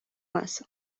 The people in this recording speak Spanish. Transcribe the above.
más